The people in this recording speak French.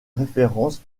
référence